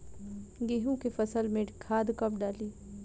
गेहूं के फसल में खाद कब डाली?